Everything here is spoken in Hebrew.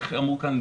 איך אמרו כאן?